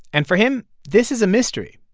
and for him, this is a mystery.